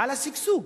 על השגשוג.